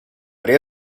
при